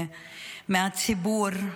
מהציבור,